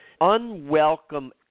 unwelcome